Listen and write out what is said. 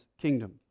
kingdom